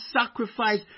sacrifice